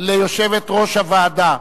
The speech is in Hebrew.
יושבת-ראש הוועדה: